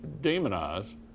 demonize